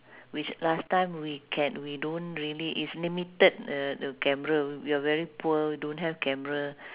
which last time we can we don't really it's limited uh the camera we are very poor don't have camera